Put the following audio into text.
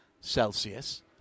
Celsius